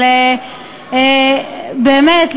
אבל באמת,